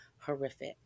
horrific